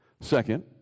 Second